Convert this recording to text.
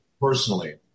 personally